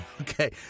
Okay